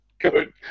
Good